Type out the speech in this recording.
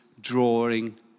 drawing